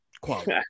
quality